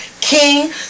king